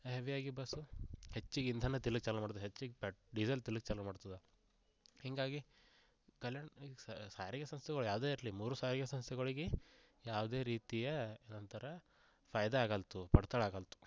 heavy ಆಗಿ bus ಹೆಚ್ಚಿಗೆ ಇಂಧನದಲ್ಲಿ ಚಾಲೂ ಮಾಡೋದು ಹೆಚ್ಚಿಗೆ ಪೆಟ್ ಡೀಸೆಲ್ ತಿನ್ಲಿಕ್ ಚಾಲೂ ಮಾಡ್ತದೆ ಹಿಂಗಾಗಿ ಕಲ್ಯಾಣ ಈಗ ಸಾರಿಗೆ ಸಂಸ್ಥೆಗಳ್ ಯಾವುದೇ ಇರಲಿ ಮೂರು ಸಾರಿಗೆ ಸಂಸ್ಥೆಗಳಿಗೆ ಯಾವುದೇ ರೀತಿಯ ಒಂಥರ ಫೈದ ಆಗಂತು ಫಡ್ತಲ್ ಆಗಲ್ತು